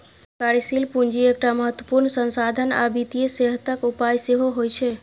कार्यशील पूंजी एकटा महत्वपूर्ण संसाधन आ वित्तीय सेहतक उपाय सेहो होइ छै